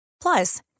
Plus